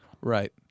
Right